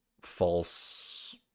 false